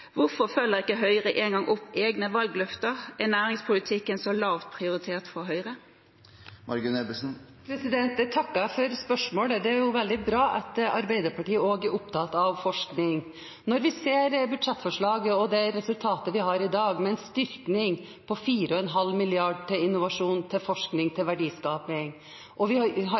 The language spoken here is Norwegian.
Hvorfor følger ikke Høyre engang opp egne valgløfter? Er næringspolitikken så lavt prioritert for Høyre? Jeg takker for spørsmålet. Det er jo veldig bra at Arbeiderpartiet også er opptatt av forskning. Når vi ser budsjettforslaget og det resultatet vi har i dag, med en styrking på 4,5 mrd. kr til innovasjon, til forskning, til verdiskaping, og når vi ser den satsingen som skjer innen forenklinger for næringslivet, ja, så har